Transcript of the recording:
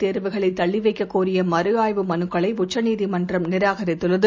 இதேர்வுகளைதள்ளிவைக்கக்கோரியமறுஆய் வுமனுக்களைஉச்சநீதிமன்றம்நிராகரித்துள்ளது